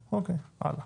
אוקיי, נמשיך הלאה.